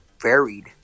varied